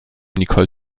nicole